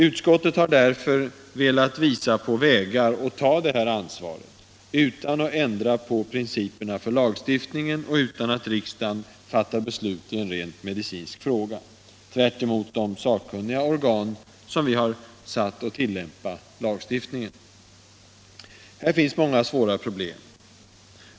Utskottet har därför velat visa på vägar att ta det här ansvaret utan att ändra på principerna för lagstiftningen, och utan att riksdagen fattar beslut i en rent medicinsk fråga tvärtemot de sakkunniga organ, som vi har satt att tillämpa lagstiftningen. Här finns många svåra problem.